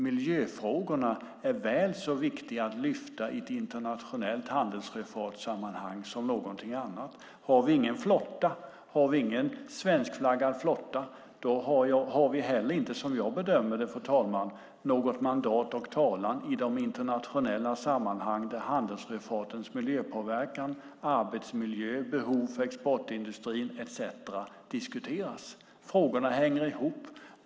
Miljöfrågorna är väl så viktiga att lyfta i ett internationellt handelssjöfartssammanhang som någonting annat. Har vi ingen svenskflaggad flotta har vi heller inte, som jag bedömer det, något mandat att tala i de internationella sammanhang där handelssjöfartens miljöpåverkan, arbetsmiljö, behov för exportindustrin etcetera diskuteras. Frågorna hänger ihop.